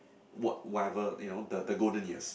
whatever you know the the golden years